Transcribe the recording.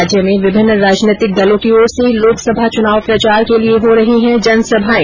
राज्य में विभिन्न राजनैतिक दलों की ओर से लोकसभा चुनाव प्रचार के लिये हो रही है जनसभाएं